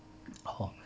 hor